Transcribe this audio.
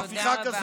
תודה רבה.